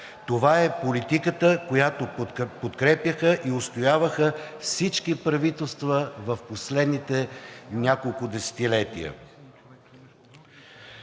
Това е политиката, която подкрепяха и отстояваха всички правителства в последните няколко десетилетия.